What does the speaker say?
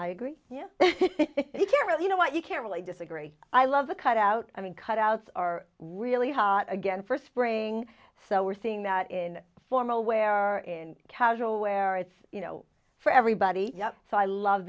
i agree yeah you know what you can't really disagree i love the cut out i mean cut outs are really hot again first spring so we're seeing that in formal wear in casual wear it's you know for everybody so i love